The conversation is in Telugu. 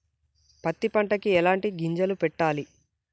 పత్తి పంటకి ఎలాంటి గింజలు పెట్టాలి?